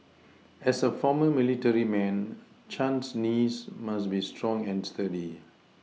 as a former military man Chan's knees must be strong and sturdy